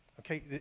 Okay